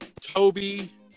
Toby